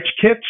kits